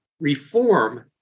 reform